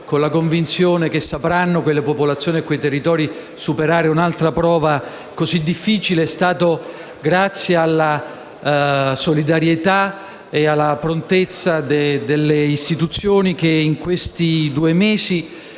con la convinzione che quelle popolazioni e quei territori sapranno superare un'altra prova così difficile. È stato grazie alla solidarietà e alla prontezza delle istituzioni che in questi due mesi